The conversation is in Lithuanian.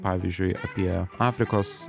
pavyzdžiui apie afrikos